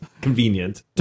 convenient